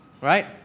right